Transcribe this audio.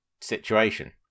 situation